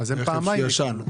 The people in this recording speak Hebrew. לרכב שהוא ישן,